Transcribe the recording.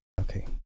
Okay